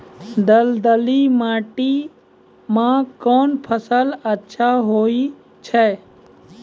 दलदली माटी म कोन फसल अच्छा होय छै?